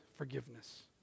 Forgiveness